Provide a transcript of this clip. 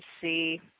see